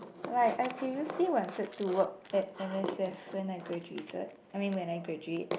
like I previously wanted to work at m_s_f when I graduated I mean when I graduate